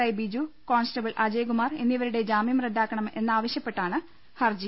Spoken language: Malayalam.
I Biju constable Ajayakumar എന്നിവരുടെ ജാമ്യം റദ്ദാക്കണം എന്നാവശ്യ പ്പെട്ടാണ് ഹർജി